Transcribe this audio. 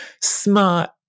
smart